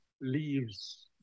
leaves